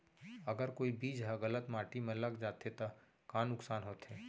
अगर कोई बीज ह गलत माटी म लग जाथे त का नुकसान होथे?